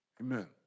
Amen